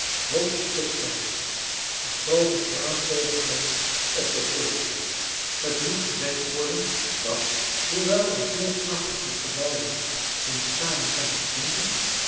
de groote kraanvogeldans op den kullaberg t moet gezegd worden dat hoewel er veel prachtige gebouwen in skaane zijn te vinden